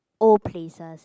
old places